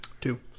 Two